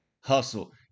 hustle